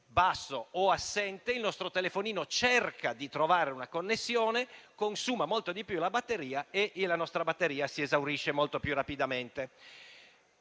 basso o è assente, il nostro telefonino cerca di trovare una connessione, consuma molto di più la batteria, che quindi si esaurisce più rapidamente.